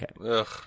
Okay